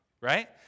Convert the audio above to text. right